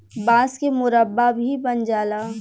बांस के मुरब्बा भी बन जाला